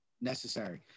necessary